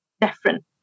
different